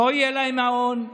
לא יהיה להם מעון.